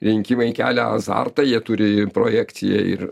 rinkimai kelia azartą jie turi ir projekciją ir